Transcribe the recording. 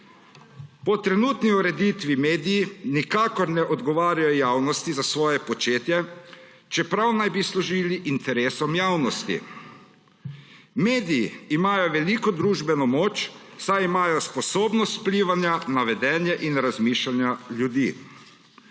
Po trenutni ureditvi mediji nikakor ne odgovarjajo javnosti za svoje početje, čeprav naj bi služili interesom javnosti. Mediji imajo veliko družbeno moč, saj imajo sposobnost vplivanja na vedenje in razmišljanja ljudi.